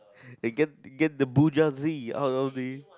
they get they get the bourgeois out of the